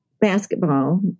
basketball